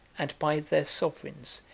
and by their sovereigns,